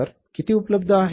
तर किती उपलब्ध आहे